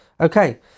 Okay